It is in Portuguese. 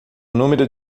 número